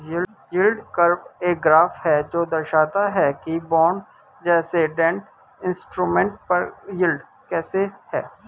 yield curve एक graph है जो दर्शाता है कि बॉन्ड जैसे डेट इंस्ट्रूमेंट पर यील्ड कैसे है